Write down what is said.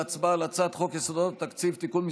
להצבעה על הצעת חוק יסודות התקציב (תיקון מס'